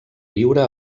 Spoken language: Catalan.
viure